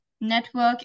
network